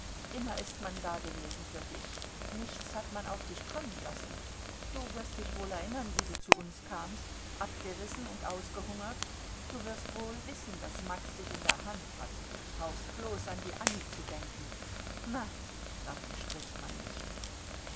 immer ist man dagewesen für dich nichts hat man auf dich kommen lassen du wirst dich wohl erinnern wie du zu uns kamst abgerissen und ausgehungert du wirst wohl wissen daß max dich in der hand hat brauchst bloß an die annie zu denken na davon spricht man nicht